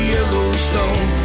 Yellowstone